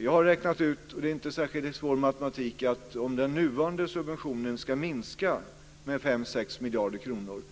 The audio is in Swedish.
Vi har räknat ut, och det är inte särskilt svår matematik, att om den nuvarande subventionen ska minska med 5-6 miljarder kronor,